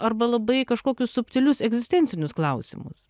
arba labai kažkokius subtilius egzistencinius klausimus